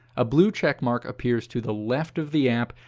a blue checkmark appears to the left of the app,